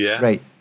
right